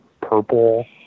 purple